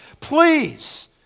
please